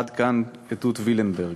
עד כאן עדות וילנברג.